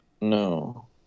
No